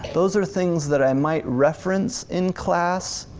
those are things that i might reference in class,